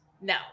no